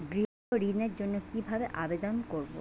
গৃহ ঋণ জন্য কি ভাবে আবেদন করব?